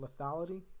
lethality